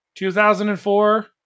2004